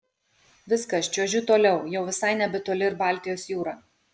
viskas čiuožiu toliau jau visai nebetoli ir baltijos jūra